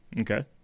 Okay